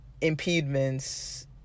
impediments